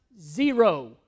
zero